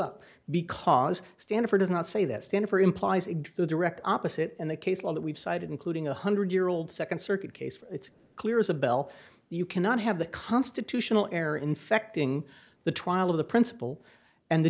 up because stanford does not say that stand for implies the direct opposite and the case law that we've cited including a hundred year old second circuit case it's clear as a bell you cannot have the constitutional error infecting the trial of the principal and the